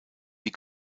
wie